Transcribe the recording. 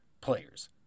players